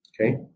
okay